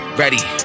ready